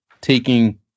taking